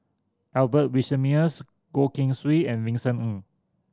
Albert Winsemius Goh Keng Swee and Vincent Ng